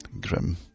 Grim